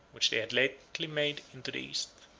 which they had lately made into the east.